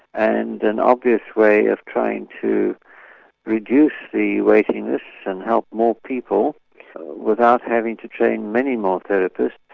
and an obvious way of trying to reduce the waiting lists and help more people without having to train many more therapists,